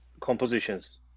compositions